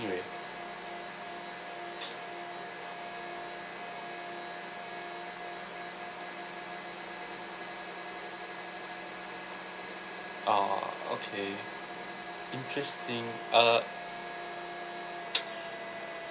ah okay interesting uh